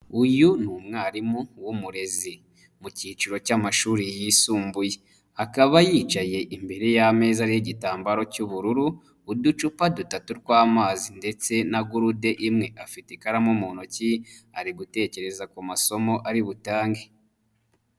Uyu ni umwarimu w'umurezi mu cyiciro cy'amashuri yisumbuye, akaba yicaye imbere y'ameza y'igitambaro cy'ubururu, uducupa dutatu twamazi ndetse na gurude imwe, afite ikaramu mu ntoki ari gutekereza ku masomo ari butange.